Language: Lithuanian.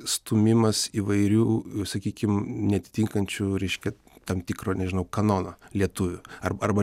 stūmimas įvairių sakykim neatitinkančių reiškia tam tikro nežinau kanono lietuvių ar arba